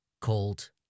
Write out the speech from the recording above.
called